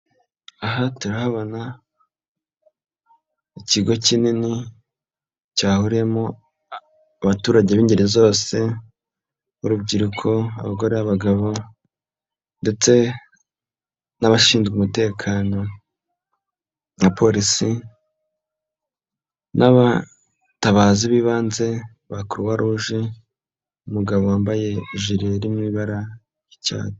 Aha turahabona ikigo kinini cyahuriyemo abaturage b'ingeri zose, urubyiruko, abagore n'abagabo, ndetse n'abashinzwe umutekano, na polisi n'abatabazi b'ibanze ba Croixrouge, umugabo wambaye jire iri mu ibara ry'icyatsi.